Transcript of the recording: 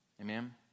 amen